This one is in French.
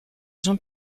jean